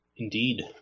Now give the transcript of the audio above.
Indeed